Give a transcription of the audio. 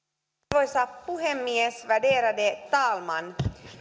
arvoisa puhemies värderade talman